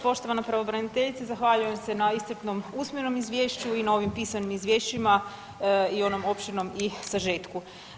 Poštovana pravobraniteljice zahvaljujem se na iscrpnom usmenom izvješću i na ovim pisanim izvješćima i onom opširnom i sažetku.